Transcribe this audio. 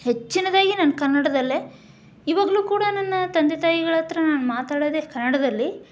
ಹೆಚ್ಚಿನದಾಗಿ ನಾನು ಕನ್ನಡದಲ್ಲೇ ಇವಾಗಲೂ ಕೂಡ ನನ್ನ ತಂದೆ ತಾಯಿಗಳ ಹತ್ರ ನಾನು ಮಾತಾಡೋದೇ ಕನ್ನಡದಲ್ಲಿ